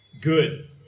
good